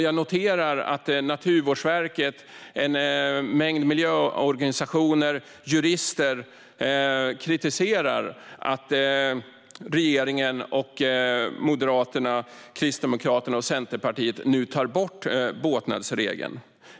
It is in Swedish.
Jag noterar att Naturvårdsverket, en mängd miljöorganisationer och jurister kritiserar att regeringen tillsammans med Moderaterna, Kristdemokraterna och Centerpartiet nu tar bort båtnadsregeln.